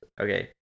okay